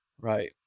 right